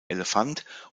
elefant